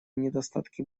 недостатки